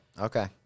okay